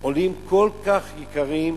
עולים כל כך הרבה?